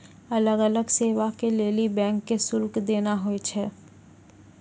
अलग अलग सेवा के लेली बैंक के शुल्क देना होय छै